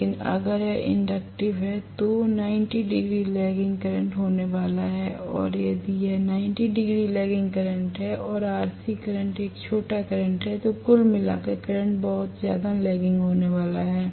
लेकिन अगर यह इंडक्टिव है तो 90 डिग्री लैगिंग करंट होने वाला है और यदि यह 90 डिग्री लैगिंग करंट है और RC करंट एक छोटा करंट है तो कुल मिलाकर करंट बहुत ज्यादा लैगिंग होने वाला है